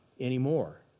anymore